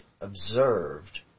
observed